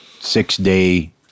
six-day